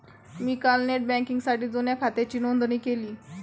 मी काल नेट बँकिंगसाठी जुन्या खात्याची नोंदणी केली